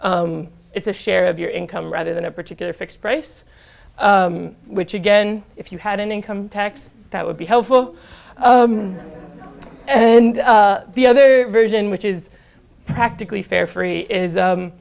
it's a share of your income rather than a particular fixed price which again if you had an income tax that would be helpful and the other version which is practically fair free is